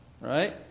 right